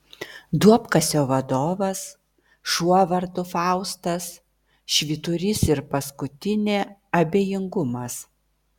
duobkasio vadovas šuo vardu faustas švyturys ir paskutinė abejingumas